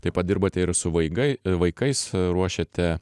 taip pat dirbate ir su vaigai vaikais ruošiate